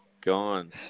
gone